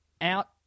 out